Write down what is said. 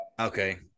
Okay